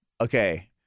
Okay